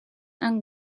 and